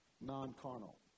Non-carnal